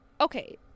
okay